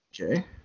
Okay